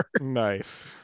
nice